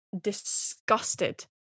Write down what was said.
disgusted